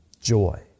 joy